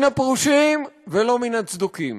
לא מן הפרושים ולא מן הצדוקים,